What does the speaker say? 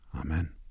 Amen